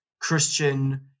Christian